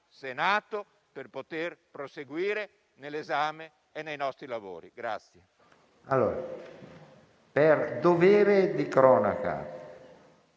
Senato per poter proseguire nell'esame e con i nostri lavori.